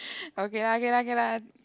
okay lah K lah K lah